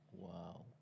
Wow